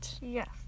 Yes